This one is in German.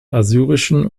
assyrischen